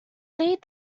led